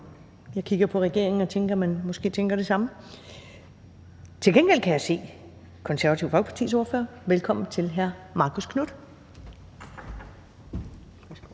Jeg kigger hen på regeringen og tænker, at de måske tænker det samme. Til gengæld kan jeg se Det Konservative Folkepartis ordfører. Velkommen til hr. Marcus Knuth.